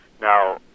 Now